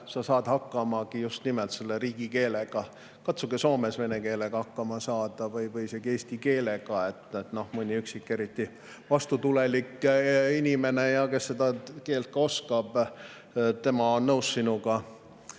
sa elad, hakkama just nimelt riigikeelega. Katsuge Soomes vene keelega hakkama saada või isegi eesti keelega. Mõni üksik eriti vastutulelik inimene, kes seda keelt oskab, on nõus sinuga